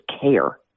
care